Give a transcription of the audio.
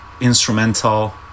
instrumental